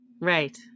Right